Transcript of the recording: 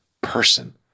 person